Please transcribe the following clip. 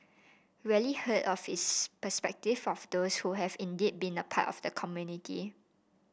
rarely heard of is the perspective of those who have indeed been a part of the community